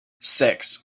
six